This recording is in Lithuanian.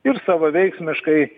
ir savaveiksmiškai